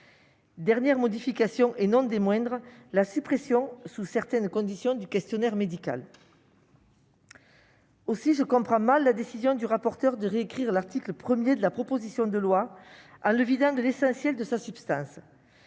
dernière modification, et non des moindres, elle a supprimé, sous certaines conditions, le questionnaire médical. Aussi, je comprends mal la décision du rapporteur de réécrire l'article 1 de la proposition de loi, en le vidant de l'essentiel de sa substance.